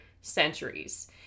centuries